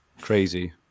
crazy